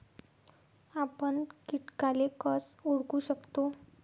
आपन कीटकाले कस ओळखू शकतो?